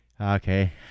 Okay